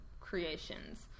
creations